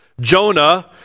Jonah